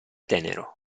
tenero